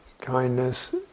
kindness